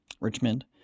Richmond